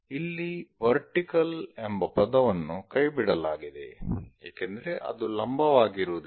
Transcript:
ಇಲ್ಲಿ ವರ್ಟಿಕಲ್ ಎಂಬ ಪದವನ್ನು ಕೈಬಿಡಲಾಗಿದೆ ಏಕೆಂದರೆ ಅದು ಲಂಬವಾಗಿರುವುದಿಲ್ಲ